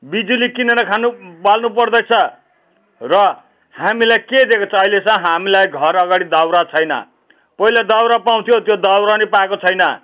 बिजुली किनेर खानु बाल्नुपर्दैछ र हामीलाई के दिएको छ अहिलेसम्म हामीलाई घरअगाडि दाउरा छैन पहिला दाउरा पाउँथ्यो त्यो दाउरा पनि पाएको छैन